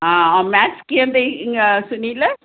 हा ऐं मेथ्स कीअं अथई ईअं सुनील